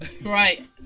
Right